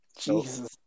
Jesus